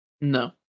No